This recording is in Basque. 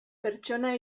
pertsona